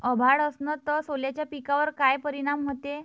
अभाळ असन तं सोल्याच्या पिकावर काय परिनाम व्हते?